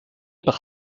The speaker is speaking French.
par